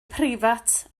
preifat